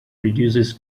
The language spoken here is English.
reduces